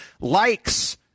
likes